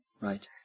Right